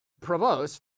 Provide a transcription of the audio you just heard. Provost